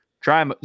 try